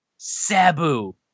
Sabu